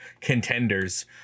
contenders